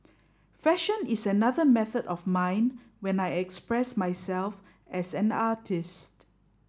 fashion is another method of mine when I express myself as an artist